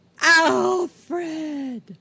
Alfred